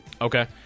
Okay